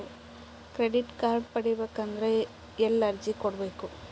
Credit card ಪಡಿಬೇಕು ಅಂದ್ರ ಎಲ್ಲಿ ಅರ್ಜಿ ಕೊಡಬೇಕು?